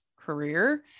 career